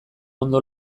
ondo